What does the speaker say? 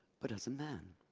but as man,